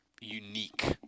unique